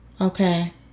Okay